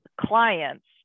clients